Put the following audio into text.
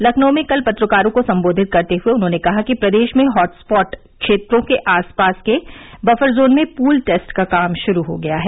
लखनऊ में कल पत्रकारों को सम्बोधित करते हुए उन्होंने कहा कि प्रदेश में हॉट स्पॉट क्षेत्रों के आसपास के बफर जोन में पूल टेस्ट का काम शुरू हो गया है